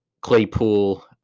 Claypool